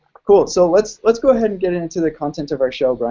cool, so let's let's go ahead and get into the content of our show, but